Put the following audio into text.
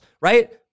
right